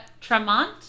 Tremont